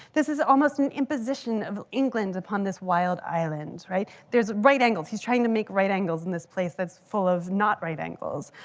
this is almost an imposition of england upon this wild island, right? there's a right angles. he's trying to make right angles in this place that's full of not right angles.